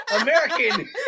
American